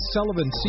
Sullivan